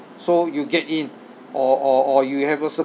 so you get in or or or you have a cir~